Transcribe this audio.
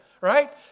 right